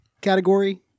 category